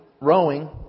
rowing